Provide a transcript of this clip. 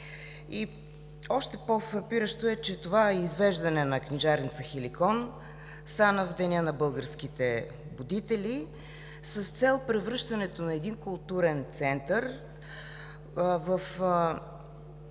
Още по-фрапиращо е, че това извеждане на книжарница „Хеликон“ стана в Деня на българските будители с цел превръщането на един културен институт